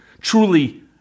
truly